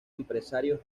empresario